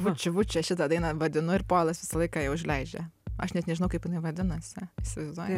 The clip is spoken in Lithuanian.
vuči vuči šitą dainą vadinu ir polas visą laiką ją užleidžia aš net nežinau kaip jinai vadinasi įsivaizduoji